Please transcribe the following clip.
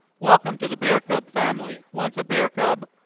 welcome to the bear cub family. once a bear cub,